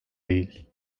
değil